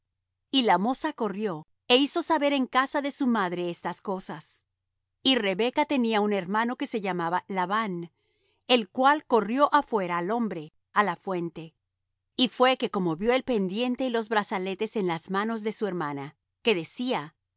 y la moza corrió é hizo saber en casa de su madre estas cosas y rebeca tenía un hermano que se llamaba labán el cual corrió afuera al hombre á la fuente y fué que como vió el pendiente y los brazaletes en las manos de su hermana que decía